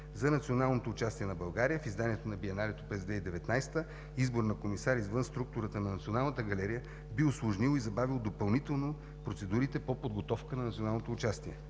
За националното участие на България в изданието на Биеналето през 2019 г. избор на комисар извън структурата на Националната галерия би усложнило и забавило допълнително процедурите по подготовка на националното участие.